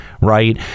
right